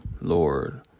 Lord